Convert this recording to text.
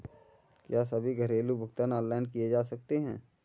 क्या सभी घरेलू भुगतान ऑनलाइन किए जा सकते हैं?